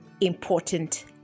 important